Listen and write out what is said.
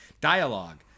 dialogue